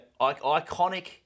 iconic